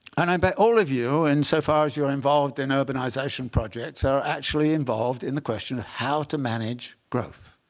and i bet all of you, insofar as you're involved in urbanization projects, are actually involved in the question of how to manage growth